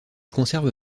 conserve